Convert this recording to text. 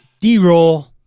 D-roll